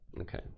Okay